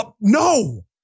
No